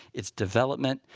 its development,